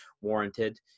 warranted